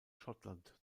schottland